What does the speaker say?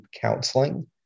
counseling